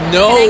no